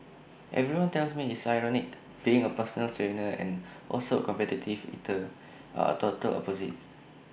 everyone tells me it's ironic being A personal trainer and also A competitive eater are total opposites